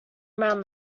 around